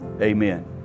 amen